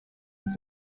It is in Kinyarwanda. uzi